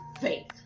faith